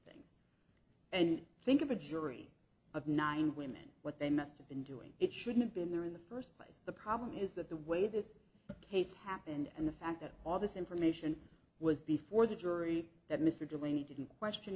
things and i think of a jury of nine women what they must have been doing it shouldn't be in there in the first place the problem is that the way this case happened and the fact that all this information was before the jury that mr delaney didn't question